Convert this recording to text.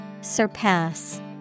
Surpass